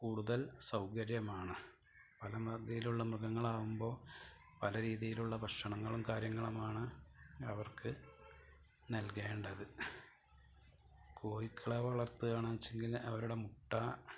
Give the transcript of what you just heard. കൂടുതൽ സൗകര്യം ആണ് പല രീതിയിലുള്ള മൃഗങ്ങൾ ആകുമ്പോൾ പല രീതിയിലുള്ള ഭക്ഷണങ്ങളും കാര്യങ്ങളുമാണ് അവർക്ക് നൽകേണ്ടത് കോഴികളെ വളർത്തുകയാണെന്ന് വെച്ചെങ്കിൽ അവരുടെ മുട്ട